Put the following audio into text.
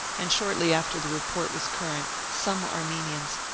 and shortly after the report was current some armenians,